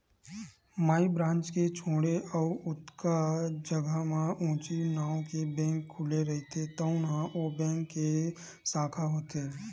माई branch के छोड़े अउ जतका जघा म उहींच नांव के बेंक खुले रहिथे तउन ह ओ बेंक के साखा होथे